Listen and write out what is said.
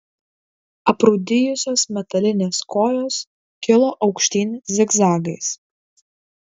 aprūdijusios metalinės kojos kilo aukštyn zigzagais